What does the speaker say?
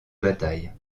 bataille